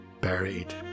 buried